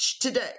today